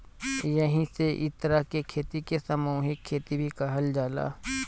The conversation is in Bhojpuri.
एही से इ तरह के खेती के सामूहिक खेती भी कहल जाला